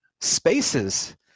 spaces